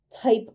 type